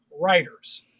writers